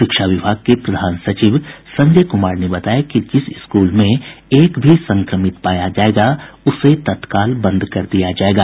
शिक्षा विभाग के प्रधान सचिव संजय कुमार ने बताया कि जिस स्कूल में एक भी संक्रमित पाया जायेगा उसे तत्काल बंद कर दिया जायेगा